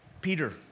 Peter